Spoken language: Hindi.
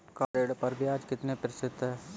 कार ऋण पर ब्याज कितने प्रतिशत है?